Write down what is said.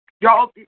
Y'all